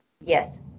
Yes